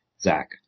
Zach